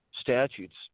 statutes